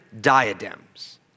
diadems